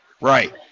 Right